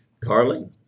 Carly